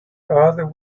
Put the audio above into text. father